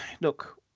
look